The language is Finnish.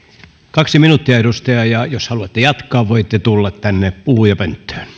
kaksi minuuttia edustaja ja jos haluatte jatkaa voitte tulla tänne puhujapönttöön